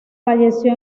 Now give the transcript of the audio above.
falleció